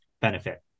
benefit